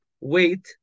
wait